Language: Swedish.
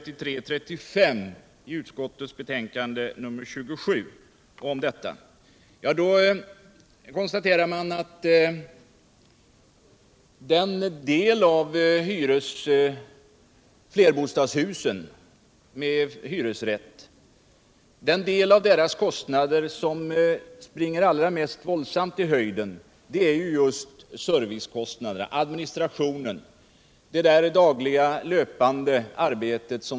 Den del av kostnaderna för flerfamiljshus med hyresrätt som springer allra våldsammast i höjden är servicekostnaderna, dvs. utgifterna för det löpande dagliga underhållsarbetet.